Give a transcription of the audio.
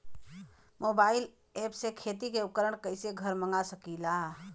Mobile ऐपसे खेती के उपकरण कइसे घर मगा सकीला?